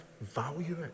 value